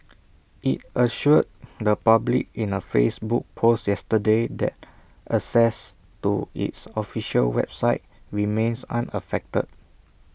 IT assured the public in A Facebook post yesterday that access to its official website remains unaffected